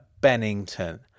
Bennington